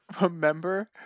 Remember –